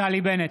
נפתלי בנט,